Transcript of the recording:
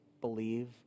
believe